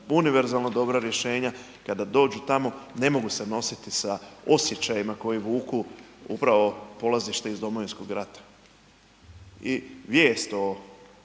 univerzalno dobra rješenja kada dođu tamo ne mogu se nositi sa osjećajima koji vuku upravo polazište iz Domovinskog rata. I vijest o